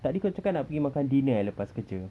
tadi kau cakap nak pergi makan dinner eh lepas kerja